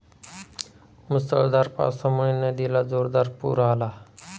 मुसळधार पावसामुळे नदीला जोरदार पूर आला